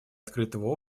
открытого